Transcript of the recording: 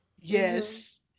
yes